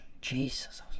Jesus